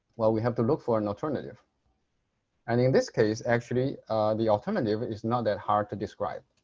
well we have to look for an alternative and in this case actually the alternative is not that hard to describe.